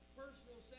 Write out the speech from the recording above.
personal